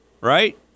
right